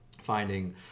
Finding